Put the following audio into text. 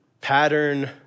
pattern